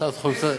הכנסת,